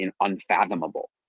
unfathomable